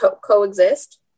coexist